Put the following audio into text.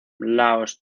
laos